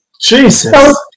Jesus